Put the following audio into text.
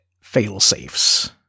fail-safes